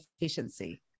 efficiency